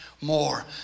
more